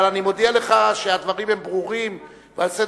אבל אני מודיע לך שהדברים הם ברורים ובסדר-היום